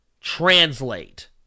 translate